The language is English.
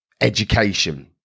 Education